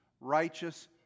righteous